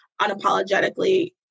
unapologetically